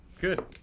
Good